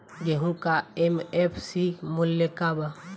गेहू का एम.एफ.सी मूल्य का बा?